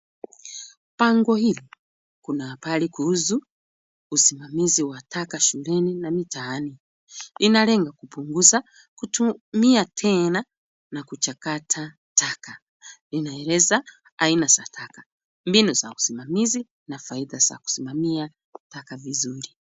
Bango hili kuna habari kuhusu usimamizi wa taka shuleni na mitaani. Inalenga kupunguza kutumia tena na kuchakata taka. Linaeleza aina za taka, mbinu za usimamizi na faida za kusimamia taka vizuri.